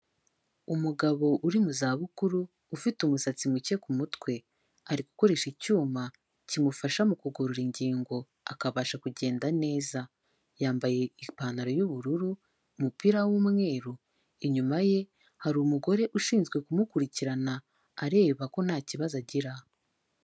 Umugabo uri mu zabukuru ufite umusatsi muke ku mutwe, ari gukoresha icyuma kimufasha mu kugorora ingingo akabasha kugenda neza. Yambaye ipantaro y'ubururu, umupira w'umweru, inyuma ye hari umugore ushinzwe kumukurikirana areba ko ntaki kibazo agira.